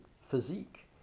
physique